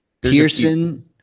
Pearson